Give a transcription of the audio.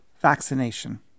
vaccination